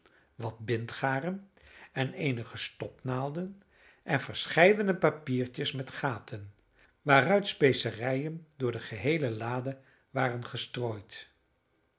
wat bindgaren en eenige stopnaalden en verscheidene papiertjes met gaten waaruit specerijen door de geheele lade waren gestrooid